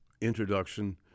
introduction